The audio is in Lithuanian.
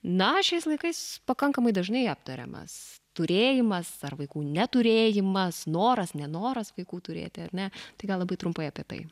na šiais laikais pakankamai dažnai aptariamas turėjimas ar vaikų neturėjimas noras nenoras vaikų turėti ar ne tai gal labai trumpai apie tai